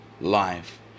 life